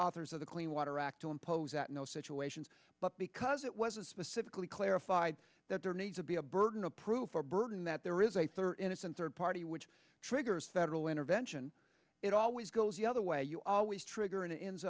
authors of the clean water act to impose that no situations but because it was it specifically clarified that there needs to be a burden a proof or burden that there is a third innocent third party which triggers federal intervention it always goes the other way you always trigger